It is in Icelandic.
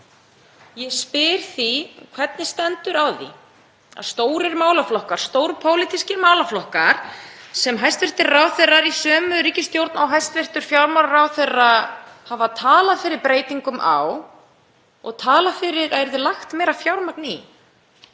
Ég spyr því: Hvernig stendur á því að stórir málaflokkar, stórir pólitískir málaflokkar sem hæstv. ráðherrar í sömu ríkisstjórn og hæstv. fjármálaráðherra hafa talað fyrir breytingum á og talað fyrir að meira fjármagn